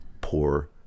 poor